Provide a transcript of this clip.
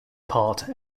part